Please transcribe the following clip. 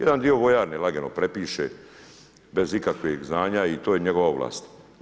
Jedan dio vojarne lagano prepiše bez ikakvih znanja i to je njegova ovlast.